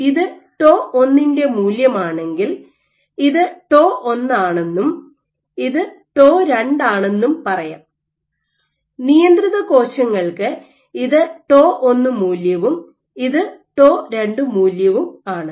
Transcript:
ഇത് ടോ 1 ന്റെ മൂല്യമാണെങ്കിൽ ഇത് ടോ 1 ആണെന്നും ഇത് ടോ 2 ആണെന്നും പറയാം നിയന്ത്രിത കോശങ്ങൾക്ക് ഇത് ടോ 1 മൂല്യവും ഇത് ടോ 2 മൂല്യവും ആണ്